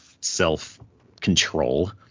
self-control